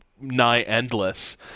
nigh-endless